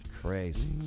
crazy